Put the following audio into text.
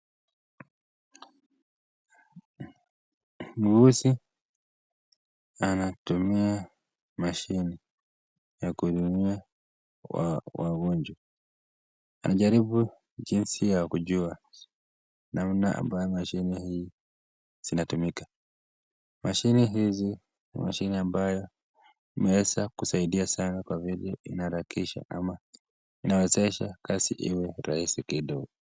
Muuguzi anatumia mashini, ya kuhudumia wagonjwa , anajaribu jinsi ya kujua namba ya mashini hii inayotumika, mashini hizi ni mashini ambayo imeweza kusaidia sana kwa vile inaharakisha ama inawezesha kazi iwe rahisi kidogo.